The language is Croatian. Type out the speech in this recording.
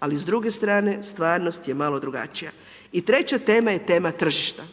ali s druge strane, stvarnost je malo drugačija. I treća tema je tema tržišta.